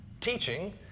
Teaching